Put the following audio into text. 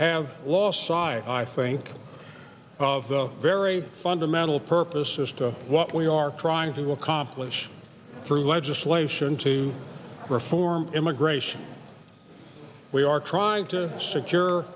have lost sigh i think of the very fundamental purposes to what we are trying to accomplish through legislation to reform immigration we are trying to secure